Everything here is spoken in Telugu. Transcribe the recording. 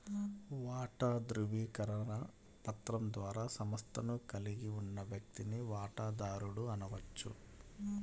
వాటా ధృవీకరణ పత్రం ద్వారా సంస్థను కలిగి ఉన్న వ్యక్తిని వాటాదారుడు అనవచ్చు